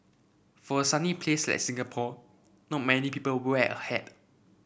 for a sunny place like Singapore no many people wear a hat